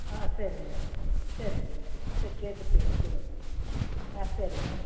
ஆ சரிங்க சரிங்க சரி கேட்டுவிட்டு சொல்லுங்கள் ஆ சரிங்க